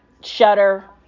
Shutter